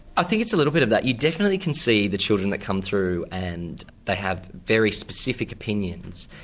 think it's a little bit of that. you definitely can see the children that come through, and they have very specific opinions,